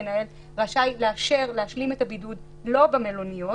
המנהל רשאי לאשר להשלים את הבידוד לא במלוניות